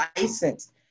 licensed